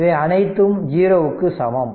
இவை அனைத்தும் 0 க்கு சமம்